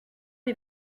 des